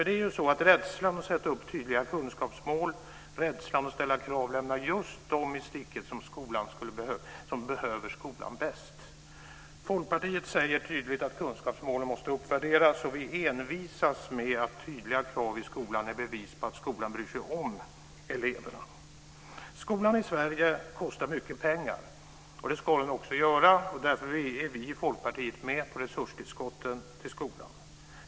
Rädslan för att sätta upp tydliga kunskapsmål och rädslan för att ställa krav lämnar just dem i sticket som behöver skolan bäst. Folkpartiet säger tydligt att kunskapsmålet måste uppvärderas, och vi envisas med att tydliga krav i skolan är bevis på att skolan bryr sig om eleverna. Skolan i Sverige kostar mycket pengar. Det ska den också göra, och därför är vi i Folkpartiet med på resurstillskotten till skolan.